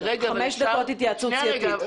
חמש דקות התייעצות סיעתית.